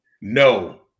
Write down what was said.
No